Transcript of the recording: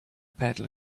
peddler